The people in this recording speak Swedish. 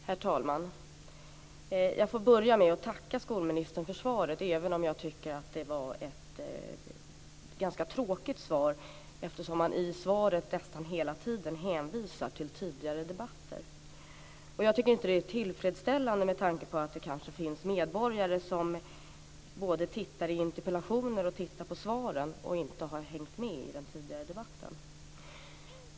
Herr talman! Jag får börja med att tacka skolministern för svaret, även om jag tycker att det var ett ganska tråkigt svar, eftersom man nästan hela tiden hänvisar till tidigare debatter. Jag tycker inte att det är tillfredsställande med tanke på att det kanske finns medborgare som både tittar i interpellationer och tittar på svaren och inte har hängt med i den tidigare debatten.